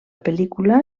pel·lícula